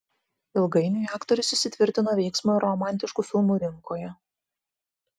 ilgainiui aktorius įsitvirtino veiksmo ir romantiškų filmų rinkoje